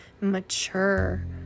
mature